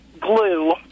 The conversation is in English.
glue